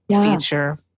feature